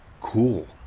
Cool